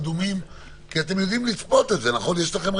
אדום,